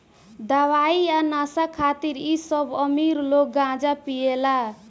दवाई आ नशा खातिर इ सब अमीर लोग गांजा पियेला